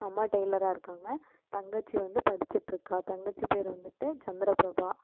அம்மா டைலரா இருக்காங்க தங்கச்சி வந்து படிச்சிட்டுருக்கா தங்கச்சி பெயரு வந்துட்டு சந்திரபிரபா